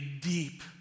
deep